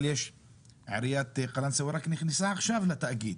עריית קלאנסווה רק נכנסה עכשיו לתאגיד,